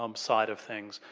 um side of things.